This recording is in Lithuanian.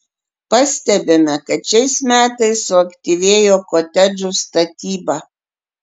pastebime kad šiais metais suaktyvėjo kotedžų statyba